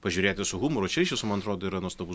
pažiūrėti su humoru čia iš viso man atrodo yra nuostabus